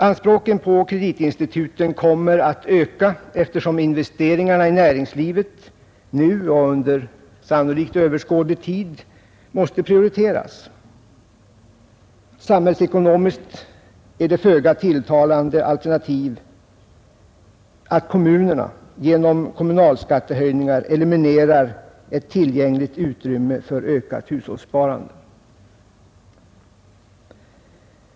Anspråken på kreditinstituten kommer att öka, eftersom investeringarna i näringslivet nu och sannolikt under överskådlig tid måste prioriteras. Samhällsekonomiskt är det ett föga tilltalande alternativ att kommunerna genom kommunalskattehöjningar eliminerar ett tillgängligt utrymme för ökat hushållssparande.